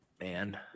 Man